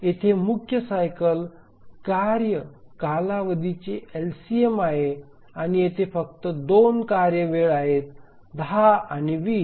येथे मुख्य सायकल कार्य कालावधीचे एलसीएम आहे आणि येथे फक्त 2 कार्यवेळ आहेत 10 आणि 20